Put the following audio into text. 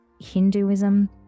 Hinduism